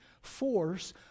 force